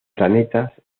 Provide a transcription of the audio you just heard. planetas